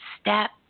step